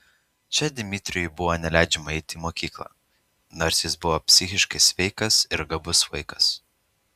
čia dmitrijui buvo neleidžiama eiti į mokyklą nors jis buvo psichiškai sveikas ir gabus vaikas